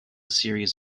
series